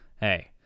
hey